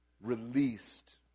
released